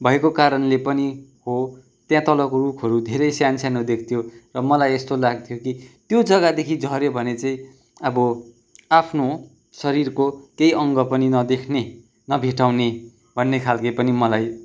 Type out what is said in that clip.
भएको कारणले पनि हो त्यहाँ तलको रूखहरू धेरै सानो सानो देख्थ्यो र मलाई यस्तो लाग्थ्यो कि त्यो जग्गादेखि झऱ्यो भने चाहिँ अब आफ्नो शरीरको केही अङ्ग पनि नदेख्ने नभेट्टाउने भन्ने खालको पनि मलाई